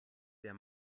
der